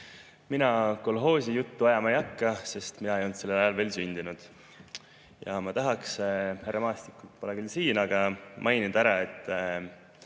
Mina kolhoosijuttu ajama ei hakka, sest mina ei olnud sel ajal veel sündinud. Härra Maastikku pole küll siin, aga mainin ära, et